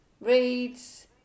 reads